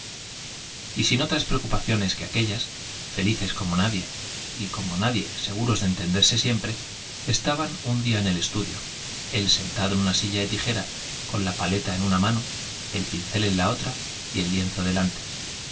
y sin otras preocupaciones que aquéllas como nadie y como nadie seguros de entenderse siem pre estaban un día en e estudio él sentado en una la mano el pincel silla de tijera con paleta en una el ovillo sobre la y el lienzo delante